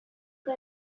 que